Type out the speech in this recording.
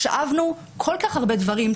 שאבנו כל כך הרבה דברים.